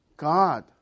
God